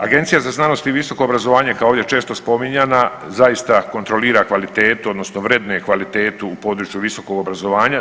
Agencija za znanost i visoko obrazovanje kao ovdje često spominjana zaista kontrolira kvalitetu odnosno vrednuje kvalitetu u području visokog obrazovanja.